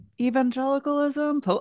evangelicalism